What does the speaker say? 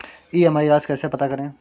EMI राशि कैसे पता करें?